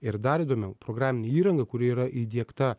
ir dar įdomiau programinė įranga kuri yra įdiegta